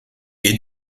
est